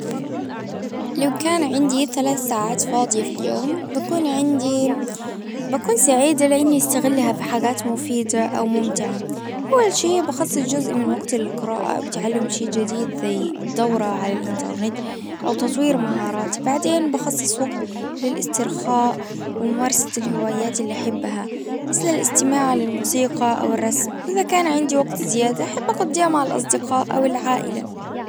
لو كان عندي ثلاث ساعات فاضية في اليوم بكون عندي بكون سعيدة لاني استغلها في حاجات مفيدة او ممتعة. اول شي بخصص جزء من وقتي للقراءة بتعلم شي جديد زي دورة على الانترنت. او تطوير مهاراتي بعدين بخصص وقت للاسترخاء وممارشة الهوايات اللي احبها. مثل الاستماع للموسيقى او الرسم وإذا كان عندي وقت زيادة. احب اقضيها مع الاصدقاء او العائلة